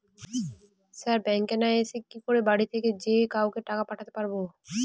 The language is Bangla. স্যার ব্যাঙ্কে না এসে কি করে বাড়ি থেকেই যে কাউকে টাকা পাঠাতে পারবো?